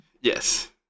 Yes